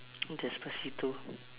despacito